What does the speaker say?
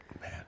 Man